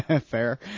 Fair